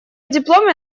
дипломе